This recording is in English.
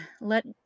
let